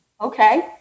okay